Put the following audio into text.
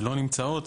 שלא נמצאות,